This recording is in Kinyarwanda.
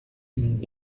king